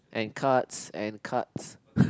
and cards and cards